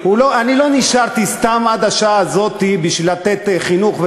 אני לא נשארתי סתם עד השעה הזאת בשביל לתת חינוך,